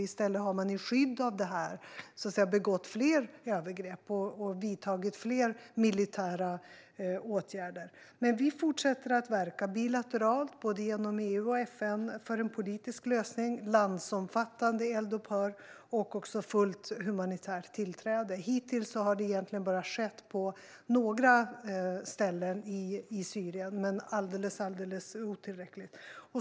I stället har man i skydd av detta begått fler övergrepp och vidtagit fler militära åtgärder. Men vi fortsätter att verka bilateralt, genom både EU och FN, för en politisk lösning, landsomfattande eldupphör och fullt humanitärt tillträde. Hittills har det egentligen bara skett på några ställen i Syrien, men det är alldeles otillräckligt.